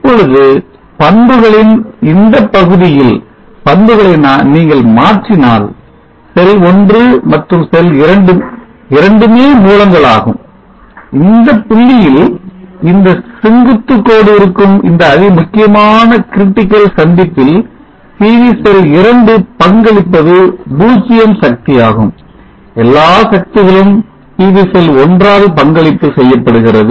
இப்பொழுது பண்புகளின் இந்தப் பகுதியில் பண்புகளை நீங்கள் மாற்றினால் செல் 1 மற்றும் செல் 2 இரண்டுமே மூலங்கள் ஆகும் இந்த புள்ளியில் இந்த செங்குத்துக் கோடு இருக்கும் இந்த அதிமுக்கியமான சந்திப்பில் PV செல் 2 பங்களிப்பது 0 சக்தியாகும் எல்லா சக்திகளும் PV செல் 1 ஆல் பங்களிப்பு செய்யப்படுகிறது